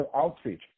outreach